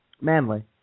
Manly